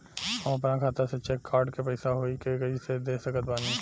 हम अपना खाता से चेक काट के पैसा कोई के कैसे दे सकत बानी?